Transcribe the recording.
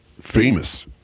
famous